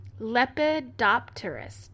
Lepidopterist